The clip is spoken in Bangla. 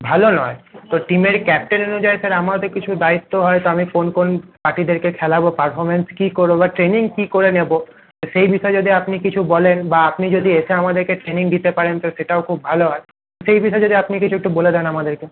ভালো নয় তো টিমের ক্যাপ্টেন অনুযায়ী স্যার আমারও তো কিছু দায়িত্ব হয় তো আমি কোন কোন পার্টিদেরকে খেলাবো পারফর্মেন্স কি করবো আর ট্রেনিং কি করে নেবো সেই বিষয়ে যদি আপনি কিছু বলেন বা আপনি যদি এসে আমাদেরকে ট্রেনিং দিতে পারেন তো সেটাও খুব ভালো হয় সেই বিষয়ে যদি আপনি কিছু একটু বলে দেন আমাদেরকে